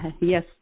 Yes